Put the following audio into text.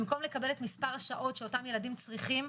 במקום לקבל את מספר השעות שאותם ילדים צריכים,